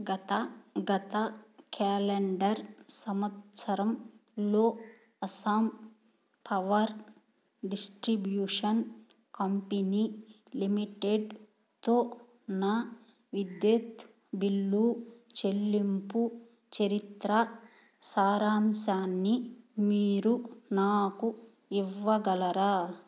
గత గత క్యాలెండర్ సంవత్సరంలో అస్సాం పవర్ డిస్ట్రిబ్యూషన్ కంపనీ లిమిటెడ్తో నా విద్యుత్ బిల్లు చెల్లింపు చరిత్ర సారాంశాన్ని మీరు నాకు ఇవ్వగలరా